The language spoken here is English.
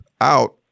out